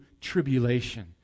tribulation